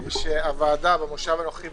בסופו של דבר זה משליך על כל התא המשפחתי בצורה